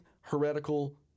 heretical